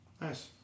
nice